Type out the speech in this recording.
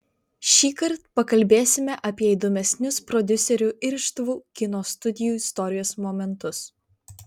šįkart pakalbėsime apie įdomesnius prodiuserių irštvų kino studijų istorijos momentus